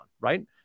right